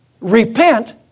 repent